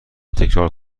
تکرار